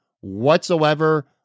whatsoever